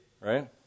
Right